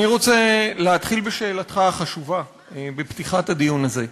אני רוצה להתחיל בשאלתך החשובה בפתיחת הדיון הזה,